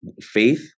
faith